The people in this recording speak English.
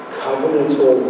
covenantal